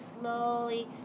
slowly